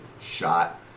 shot